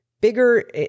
bigger